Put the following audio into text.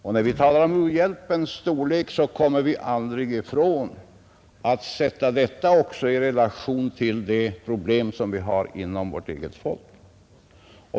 U-hjälpens storlek måste ses i relation till de problem som vi har inom vårt eget folk.